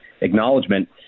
acknowledgement